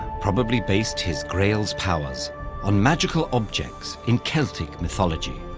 probably based his grail's powers on magical objects in celtic mythology.